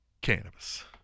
Cannabis